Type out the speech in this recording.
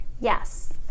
Yes